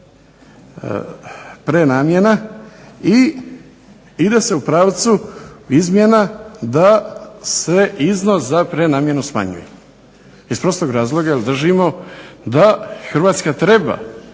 prenamjena i ide se u pravcu izmjene da se iznos za prenamjenu smanjuje, iz prostog razloga držimo da Hrvatska treba